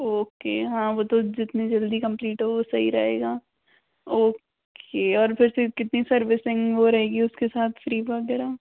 okay हाँ वो तो जितनी जल्दी कम्प्लीट हो वो सही रहेगा ओके और फिर से कितनी सर्विसिंग वो रहेगी उसके साथ फ्री वग़ैरह